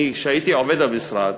אני, כשהייתי עובד המשרד,